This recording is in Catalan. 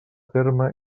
terme